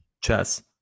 chess